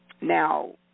Now